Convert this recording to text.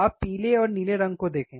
आप पीले और नीले रंग को देखें